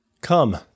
Come